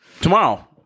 tomorrow